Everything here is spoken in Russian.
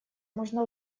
можно